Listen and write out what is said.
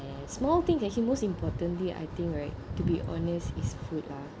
small things that is most importantly I think right to be honest is food ah